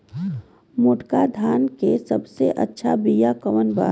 मोटका धान के सबसे अच्छा बिया कवन बा?